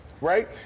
right